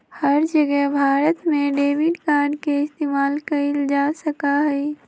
हर जगह भारत में debit card के इस्तेमाल कइल जा सका हई